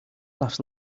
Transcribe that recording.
laughs